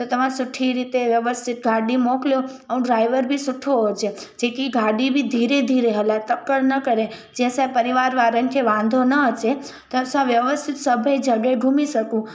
त तव्हां सुठी रीति व्यवस्थित गाॾी मोकिकियो ऐं ड्राइवर बि सुठो हुजे जेकी गाॾी बि धीरे धीरे हलाए तकड़ि न करे जे असांजे परिवार वारनि खे वांदो न अचे त असां व्यवस्थित सभी जॻह घुमी सघूं